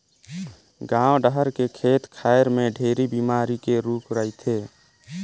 गाँव डहर के खेत खायर में ढेरे बमरी के रूख राई रथे